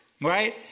Right